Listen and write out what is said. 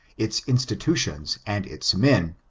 its institutions, and its men,